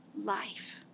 Life